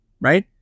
right